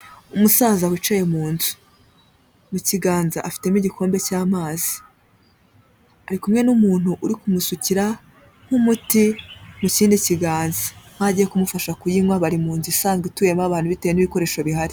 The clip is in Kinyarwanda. Umusaza wicaye mu nzu. Mu kiganza afitemo igikombe cy'amazi. Ari kumwe n'umuntu uri kumusukira nk'umuti mu kindi kiganza nkaho agiye kumufasha kuyinywa, bari mu nzu isanzwe ituyemo abantu bitewe n'ibikoresho bihari.